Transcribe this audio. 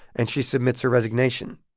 and she submits her resignation